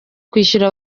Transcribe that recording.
kwishyura